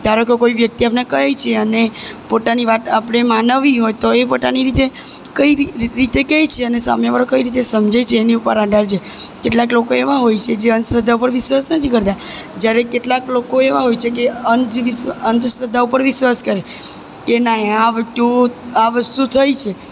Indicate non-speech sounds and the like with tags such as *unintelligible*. ધારો કે કોઈ વ્યક્તિ આપણને કહે છે કે અને પોતાની વાત આપણી મનાવવી હોય તો એ પોતાની રીતે કઈ રીતે કહે છે અને સામેવાળો કઈ રીતે સમજે છે એની ઉપર આધાર છે કેટલાંક લોકો એવાં હોય છે કે જે અંધશ્રદ્ધા પર વિશ્વાસ નથી કરતા જ્યારે કેટલાક લોકો એવાં હોય છે કે અંધશ્રદ્ધા પર વિશ્વાસ કરે કે ના આ *unintelligible* આ વસ્તુઓ થઈ છે